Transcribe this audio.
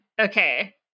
okay